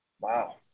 Wow